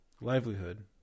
livelihood